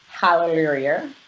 Hallelujah